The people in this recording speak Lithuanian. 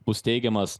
bus teigiamas